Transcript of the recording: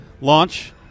launch